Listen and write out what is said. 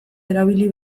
erabili